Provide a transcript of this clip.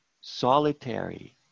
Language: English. solitary